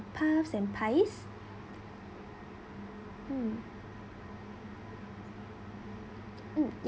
puff and pies mm mm